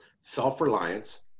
self-reliance